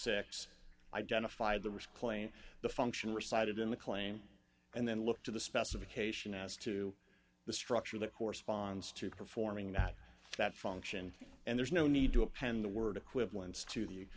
dollars identified the risk claim the function recited in the claim and then look to the specification as to the structure that corresponds to performing at that function and there's no need to append the word equivalence to the